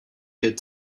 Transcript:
good